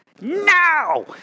now